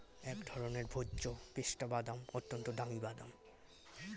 এক ধরনের ভোজ্য পেস্তা বাদাম, অত্যন্ত দামি বাদাম